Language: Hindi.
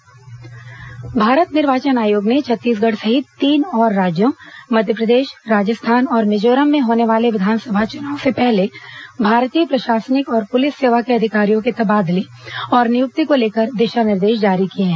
निर्वाचन आयोग निर्देश भारत निर्वाचन आयोग ने छत्तीसगढ़ सहित तीन और राज्यों मध्यप्रदेश राजस्थान और मिजोरम में होने वाले विधानसभा चुनाव से पहले भारतीय प्रशासनिक और पुलिस सेवा के अधिकारियों के तबादले और नियुक्ति को लेकर दिशा निर्देश जारी किए हैं